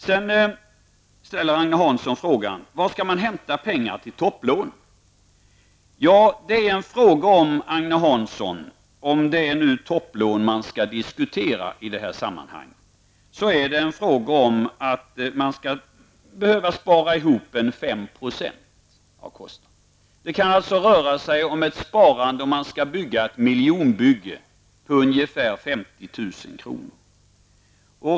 Sedan frågar Agne Hansson varifrån man skall hämta pengar till topplånen. Om det nu är topplån man skall diskutera i detta sammanhang, är det, Agne Hansson, fråga om att man behöver spara ihop ca 5 % av kostnaderna. Om man skall bygga ett hus i miljonklassen kan det röra sig om ett sparande på ungefär 50 000 kr.